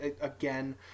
again